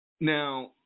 Now